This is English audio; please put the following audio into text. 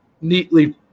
neatly